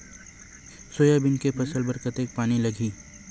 Soybean के फसल बर कतेक कन पानी लगही?